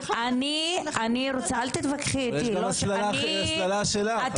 יש גם הסללה שלך.